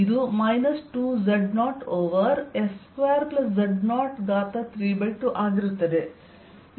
ಇದು minus 2z0 over s2z0 ಘಾತ 32 ಆಗಿರುತ್ತದೆ